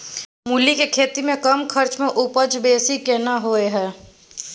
मूली के खेती में कम खर्च में उपजा बेसी केना होय है?